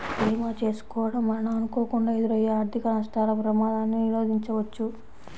భీమా చేసుకోడం వలన అనుకోకుండా ఎదురయ్యే ఆర్థిక నష్టాల ప్రమాదాన్ని నిరోధించవచ్చు